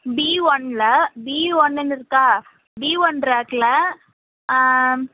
B ஒன்னில் B ஒன்றுன்னு இருக்கா பி ஒன் ராக்கில்